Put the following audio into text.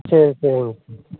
சரி சரிங்க சார்